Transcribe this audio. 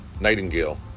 Nightingale